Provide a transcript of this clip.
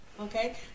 okay